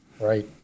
Right